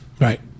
Right